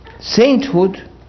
Sainthood